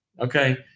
Okay